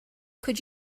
could